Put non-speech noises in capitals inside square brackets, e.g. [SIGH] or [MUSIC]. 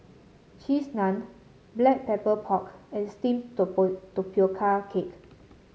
Cheese Naan Black Pepper Pork and steamed [UNINTELLIGIBLE] Tapioca Cake